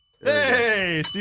Hey